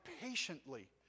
patiently